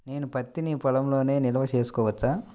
నేను పత్తి నీ పొలంలోనే నిల్వ చేసుకోవచ్చా?